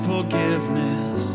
forgiveness